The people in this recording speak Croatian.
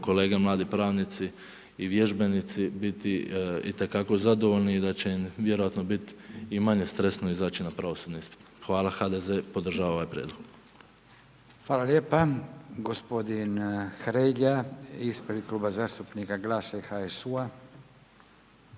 kolege, mladi pravnici i vježbenici biti itekako zadovoljni i da će im vjerojatno biti i manje stresno izaći na pravosudni ispit. Hvala HDZ, podržavam ovaj prijedlog. **Radin, Furio (Nezavisni)** Hvala lijepo. Gospodina Hrelja, ispred Kluba zastupnika GLAS-a i HSU-a.